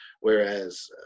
whereas